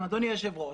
אדוני היושב-ראש,